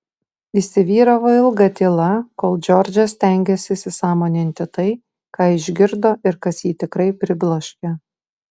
įsivyravo ilga tyla kol džordžas stengėsi įsisąmoninti tai ką išgirdo ir kas jį tikrai pribloškė